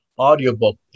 audiobook